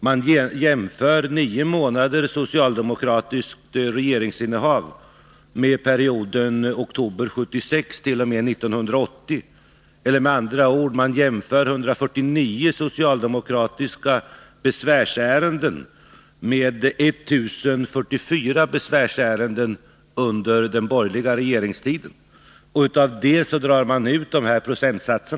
Man jämför nio månader socialdemokratiskt regeringsinnehav med perioden oktober 1976 t.o.m. 1980 eller, med andra ord, man jämför 149 socialdemokratiska besvärsärenden med 19044 besvärsärenden under den borgerliga regeringstiden. Ur detta drar man sedan ut vissa procentsatser.